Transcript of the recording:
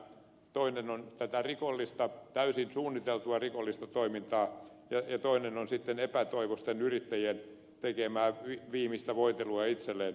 toinen on täysin suunniteltua rikollista toimintaa ja toinen on epätoivoisten yrittäjien tekemää viimeistä voitelua itselleen